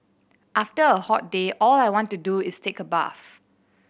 after a hot day all I want to do is take a bath